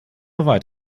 andere